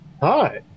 hi